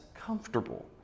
comfortable